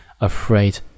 afraid